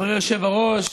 חברי היושב-ראש,